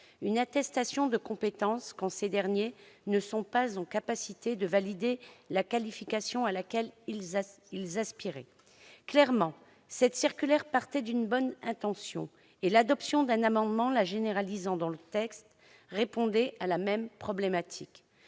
une attestation de compétences quand ces derniers ne sont pas en capacité de valider la qualification à laquelle ils aspiraient. Clairement, cette circulaire partait d'une bonne intention et l'adoption d'un amendement à ce texte tendant à la généraliser répondait à la même problématique.